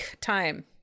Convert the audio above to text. time